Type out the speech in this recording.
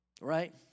Right